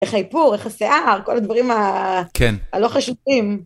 איך האיפור, איך השיער, כל הדברים הלא חשובים.